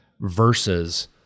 versus